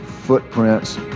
footprints